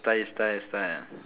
style style style